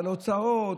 על ההוצאות,